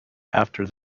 after